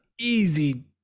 easy